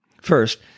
First